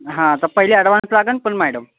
हां तर पहिले आडवान्स लागंन पण मॅडम